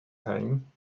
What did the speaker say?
pain